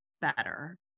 better